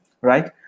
right